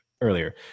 earlier